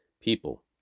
people